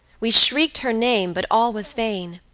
we shrieked her name, but all was vain.